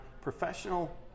professional